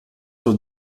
sur